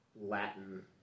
Latin